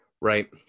Right